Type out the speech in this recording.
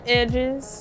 edges